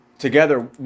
Together